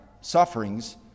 sufferings